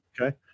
Okay